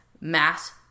mass